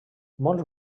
molts